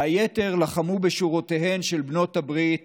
והיתר לחמו בשורותיהן של בנות הברית